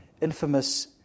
infamous